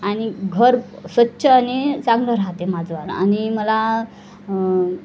आणि घर स्वच्छ आणि चांगलं राहते माझं आणि मला